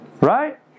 Right